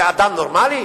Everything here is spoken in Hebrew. זה אדם נורמלי?